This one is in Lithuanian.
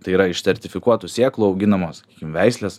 tai yra iš sertifikuotų sėklų auginamos veislės